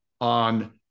on